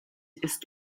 ist